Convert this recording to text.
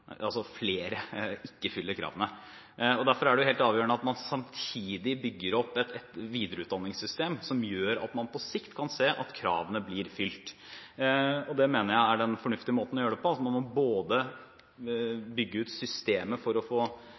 altså at flere ikke fyller kravene. Derfor er det helt avgjørende at man samtidig bygger opp et videreutdanningssystem som gjør at man på sikt kan se at kravene blir fylt. Det mener jeg er den fornuftige måten å gjøre det på. Man må bygge ut systemet for å